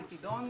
היא תידון,